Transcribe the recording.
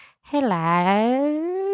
Hello